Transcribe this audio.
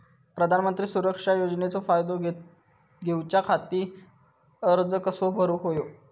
प्रधानमंत्री सुरक्षा योजनेचो फायदो घेऊच्या खाती अर्ज कसो भरुक होयो?